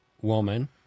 woman